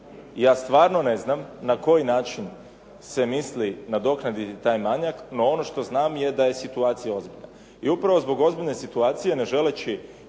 ja stvarno ne znam na koji način se misli nadoknaditi taj manjak, no ono što znam je da je situacija ozbiljna. I upravo zbog ozbiljne situacije ne želeći